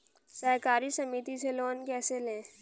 सहकारी समिति से लोन कैसे लें?